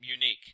unique